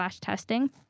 testing